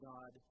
God